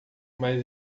mas